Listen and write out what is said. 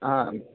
हा